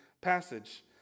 passage